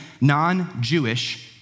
non-Jewish